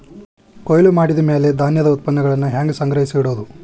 ಕೊಯ್ಲು ಮಾಡಿದ ಮ್ಯಾಲೆ ಧಾನ್ಯದ ಉತ್ಪನ್ನಗಳನ್ನ ಹ್ಯಾಂಗ್ ಸಂಗ್ರಹಿಸಿಡೋದು?